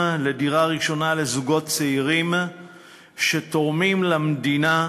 על דירה ראשונה לזוגות צעירים שתורמים למדינה,